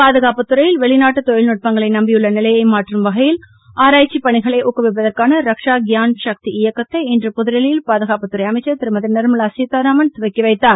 பாதுகாப்பு துறையில் வெளிநாட்டு தொழில்நுட்பங்களை நம்பியுள்ள நிலையை மாற்றும் வகையில் ஆராய்ச்சிப் பணிகளை ஊக்குவிப்பதற்கான ரக்சா கியான் சக்தி இயக்கத்தை இன்று புதுடெல்லியில் பாதுகாப்பு அமைச்சர் திருமதி நிர்மலா சீதாராமன் தொடக்கி வைத்தார்